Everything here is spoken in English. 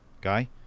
Guy